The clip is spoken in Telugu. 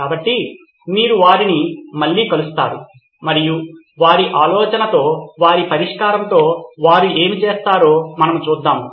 కాబట్టి మీరు వారిని మళ్ళీ కలుస్తారు మరియు వారి ఆలోచనతో వారి పరిష్కారంతో వారు ఏమి చేస్తారో మనము చూస్తాము